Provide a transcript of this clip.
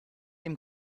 ihm